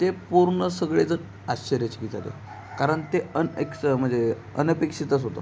ते पूर्ण सगळे जण आश्चर्यचकित झाले कारण ते अनेक म्हणजे अनपेक्षितच होतं